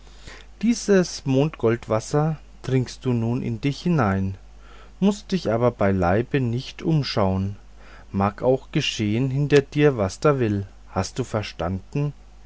dieses mond goldwasser trinkst du nun in dich hinein mußt dich aber bei leibe nicht umschaun mag auch geschehen hinter dir was da will hast du verstanden